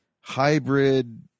hybrid